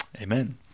Amen